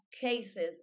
cases